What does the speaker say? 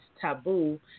taboo